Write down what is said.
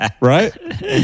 Right